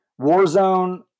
Warzone